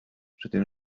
rydyn